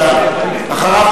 אחריו,